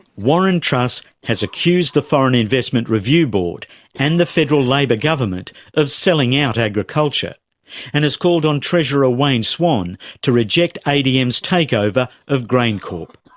warren truss has accused the foreign investment review board and the federal labor government of selling out agriculture and has called on treasurer ah wayne swan to reject adm's takeover of graincorp.